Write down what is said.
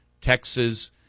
Texas